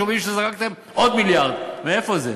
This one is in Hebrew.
שומעים שזרקתם עוד מיליארד, מאיפה זה?